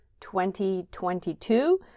2022